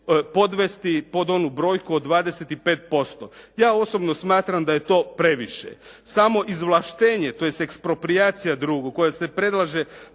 podvesti pod onu brojku od 25%. Ja osobno smatram da je to previše. Samo izvlaštenje tj. eksproprijacija, drugo koje se predlaže